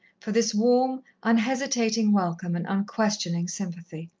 for this warm, unhesitating welcome and unquestioning sympathy.